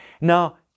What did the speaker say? Now